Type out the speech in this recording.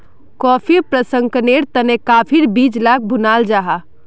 कॉफ़ीर प्रशंकरनेर तने काफिर बीज लाक भुनाल जाहा